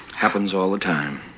happens all the time.